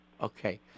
Okay